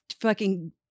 fucking-